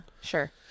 sure